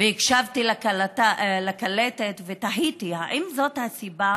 והקשבתי לקלטת ותהיתי: האם זאת הסיבה